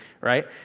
right